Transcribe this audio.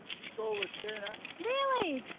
school of tuna really?